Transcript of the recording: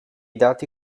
dati